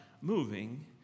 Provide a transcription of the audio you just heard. moving